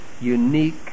unique